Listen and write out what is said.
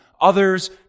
others